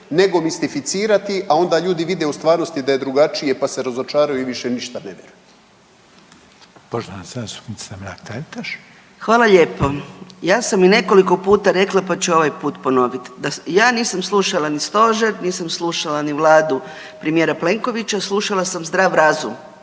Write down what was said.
nego mistificirati, a onda ljudi vide u stvarnosti da je drugačije pa se razočaraju i više ništa ne vjeruju. **Reiner, Željko (HDZ)** Poštovana zastupnica Mrak Taritaš. **Mrak-Taritaš, Anka (GLAS)** Hvala lijepo. Ja sam i nekoliko puta rekla, pa ću ovaj put ponovit. Da ja nisam slušala ni stožer, nisam slušala ni vladu premijera Plenkovića, slušala sam zdrav razum,